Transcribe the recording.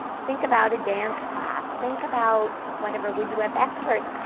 think about a dance class. think about whatever where you have experts.